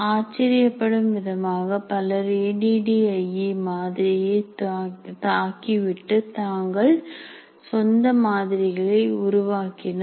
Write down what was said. ஆச்சரியப்படும் விதமாக பலர் A T T I E மாதிரியை தாக்கிவிட்டு தங்கள் சொந்த மாதிரிகளை உருவாக்கினர்